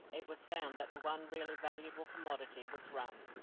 it was found that the one really valuable commodity was rum,